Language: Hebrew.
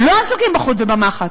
לא עסוקים בחוט ובמחט.